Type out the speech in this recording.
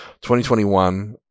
2021